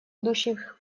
идущих